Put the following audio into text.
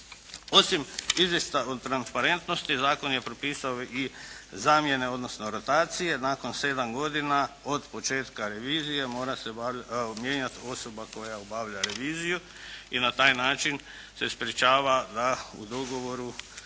Osim izvješća o transparentnosti, zakon je propisao i zamjene odnosno rotacije, nakon 7 godina od početka revizije mora se mijenjati osoba koja obavlja reviziju i na taj način se sprečava da u dogovoru